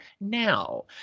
now